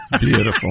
Beautiful